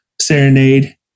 serenade